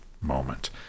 moment